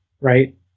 Right